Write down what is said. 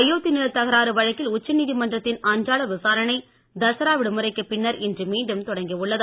அயோத்தி நிலத் தகராறு வழக்கில் உச்சநீதிமன்றத்தின் அன்றாட விசாரணை தசரா விடுமுறைக்கு பின்னர் இன்று மீண்டும் தொடங்கி உள்ளது